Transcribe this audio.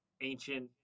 ancient